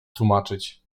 tłumaczyć